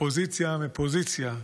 אופוזיציה בפוזיציה.